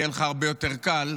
יהיה לך הרבה יותר קל,